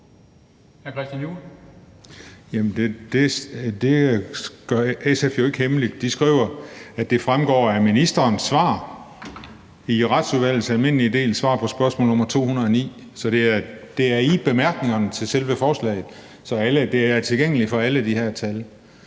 det gør SF jo ikke hemmeligt. De skriver, at det fremgår af ministerens svar i Retsudvalgets almindelige del, svar på spørgsmål nr. 209. Det er i bemærkningerne til selve forslaget, så de her tal er tilgængelige for alle. Et fald